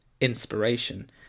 inspiration